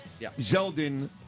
Zeldin